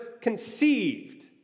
conceived